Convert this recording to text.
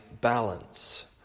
balance